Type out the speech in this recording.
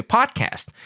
Podcast